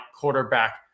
quarterback